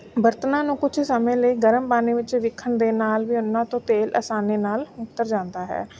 ਬਰਤਨਾਂ ਨੂੰ ਕੁਛ ਸਮੇਂ ਲਈ ਗਰਮ ਪਾਣੀ ਵਿੱਚ ਭਿੱਜਣ ਦੇ ਨਾਲ ਵੀ ਉਹਨਾਂ ਤੋਂ ਤੇਲ ਆਸਾਨੀ ਨਾਲ ਉੱਤਰ ਜਾਂਦਾ ਹੈ